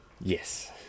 Yes